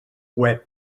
web